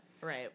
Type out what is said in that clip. right